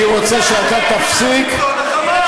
אני רוצה שאתה תפסיק, שלטון ה"חמאס".